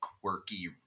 quirky